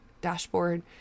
dashboard